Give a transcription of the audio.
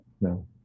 No